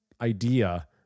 idea